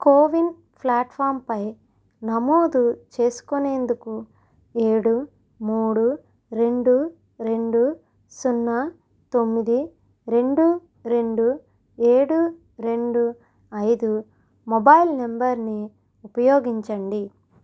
CoWIN ప్లాట్ఫామ్పై నమోదు చేసుకునేందుకు ఏడు మూడు రెండు రెండు సున్నా తొమ్మిది రెండు రెండు ఏడు రెండు ఐదు మొబైల్ నంబరుని ఉపయోగించండి